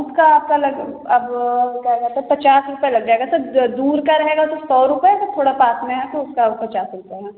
उसका आपका लग अब क्या कहते हैं पचास रुपए लग जाएगा सर दूर का रहेगा तो सौ रुपए थोड़ा पास में है तो पचास रुपए में